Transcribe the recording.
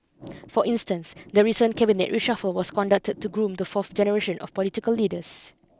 for instance the recent cabinet reshuffle was conducted to groom the fourth generation of political leaders